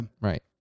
Right